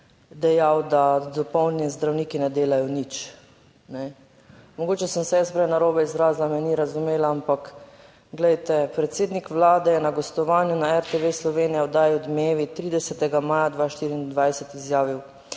dejal, da dopoldne(?) zdravniki ne delajo nič, kajne. Mogoče sem se jaz prej narobe izrazila, me ni razumela, ampak glejte, predsednik vlade je na gostovanju na RTV Slovenija v oddaji Odmevi, 30. maja 2024, izjavil: